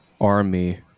army